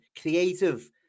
creative